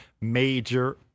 major